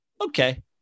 okay